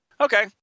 Okay